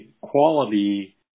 quality